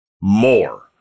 more